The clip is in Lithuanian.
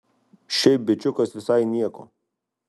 šiaip bičiukas visai nieko